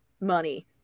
money